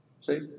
See